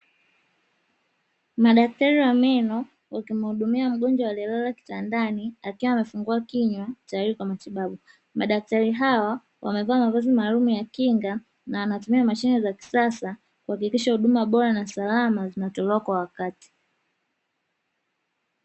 Madaktari wa meno wakimhudumia mgonjwa alielala kitandani akiwa amefungua kinywa tayari kwa matibabu, madaktari hawa wamevaa mavazi maalum ya kinga na anatumia mashine za kisasa kuhakikisha huduma bora na salama zinatolewa kwa wakati.